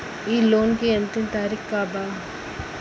इ लोन के अन्तिम तारीख का बा?